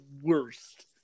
worst